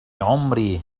عمري